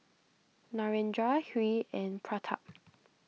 Narendra Hri and Pratap